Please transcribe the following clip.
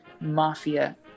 mafia